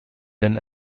then